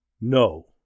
No